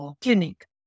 clinic